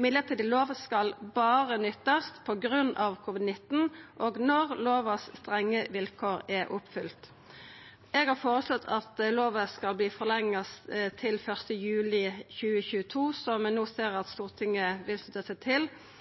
Mellombels lov skal berre nyttast pga. covid-19 og når dei strenge vilkåra i lova er oppfylte. Eg har foreslått at lova skal forlengjast til 1. juli 2022, som me no ser at Stortinget vil slutta seg til.